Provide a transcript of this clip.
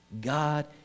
God